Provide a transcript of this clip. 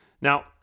Now